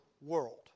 world